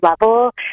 level